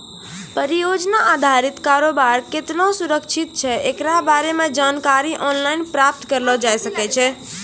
परियोजना अधारित कारोबार केतना सुरक्षित छै एकरा बारे मे जानकारी आनलाइन प्राप्त करलो जाय सकै छै